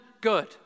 good